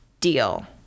deal